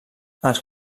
els